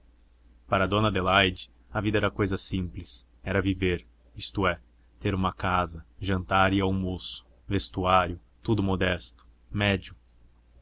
para dona adelaide a vida era cousa simples era viver isto é ter uma casa jantar e almoço vestuário tudo modesto médio